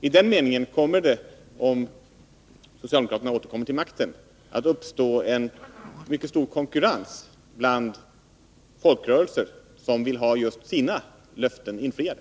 I den meningen kommer det, om socialdemokraterna återkommer till makten, att uppstå en mycket stor konkurrens bland de folkrörelser som vill ha just sina löften infriade.